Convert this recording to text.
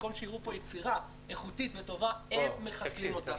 במקום שתהיה פה יצירה איכותית וטובה הם מחסלים אותה.